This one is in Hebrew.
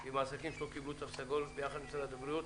עם העסקים שלא קיבלו תו סגול ויחד עם משרד הבריאות,